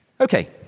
Okay